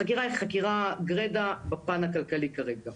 החקירה היא חקירה, גרידא, בפן הכלכלי כרגע.